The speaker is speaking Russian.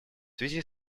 связи